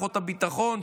כוחות הביטחון,